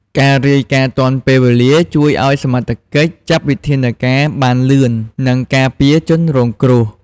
ការរាយការណ៍ទាន់ពេលវេលាជួយឲ្យសមត្ថកិច្ចចាត់វិធានការបានលឿន និងការពារជនរងគ្រោះ។